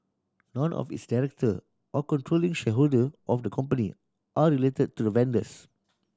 none of its director or controlling shareholder of the company are related to the vendors